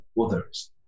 others